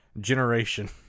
generation